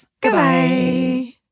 Goodbye